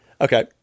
Okay